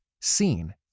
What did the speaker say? seen